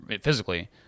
physically